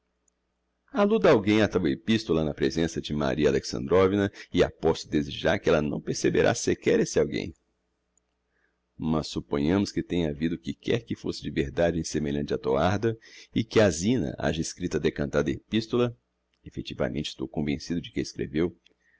olhos alluda alguem á tal epistola na presença de maria alexandrovna e aposto desde já que ella não perceberá sequer esse alguem mas supponhamos que tenha havido o que quer que fosse de verdade em semelhante atoarda e que a zina haja escrito a decantada epistola effectivamente estou convencido de que a escreveu